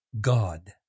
God